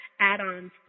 add-ons